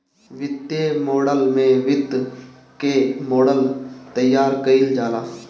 वित्तीय मॉडल में वित्त कअ मॉडल तइयार कईल जाला